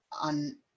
on